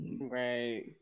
Right